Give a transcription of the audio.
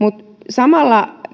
samalla